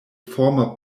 former